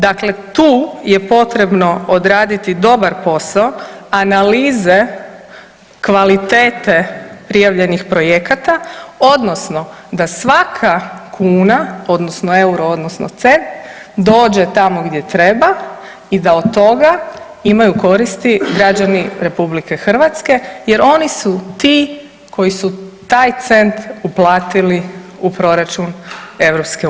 Dakle, tu je potrebno odraditi dobar podao, analize kvalitete prijavljenih projekata odnosno da svaka kuna odnosno euro odnosno cent dođe tamo gdje treba i da od toga imaju koristi građani RH jer oni su ti koji su taj cent uplatili u proračun EU.